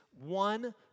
one